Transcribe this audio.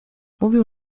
mówił